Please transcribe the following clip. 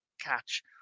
catch